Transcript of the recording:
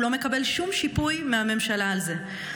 הוא לא מקבל שום שיפוי מהממשלה על זה.